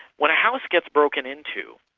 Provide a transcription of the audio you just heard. when a house gets broken into,